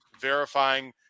verifying